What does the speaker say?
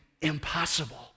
impossible